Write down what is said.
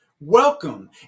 welcome